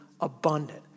abundant